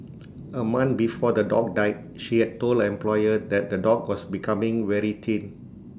A month before the dog died she had told the employer that the dog was becoming very thin